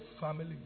family